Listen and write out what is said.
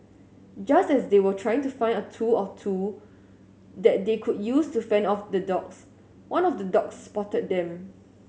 just as they were trying to find a tool or two that they could use to fend off the dogs one of the dogs spotted them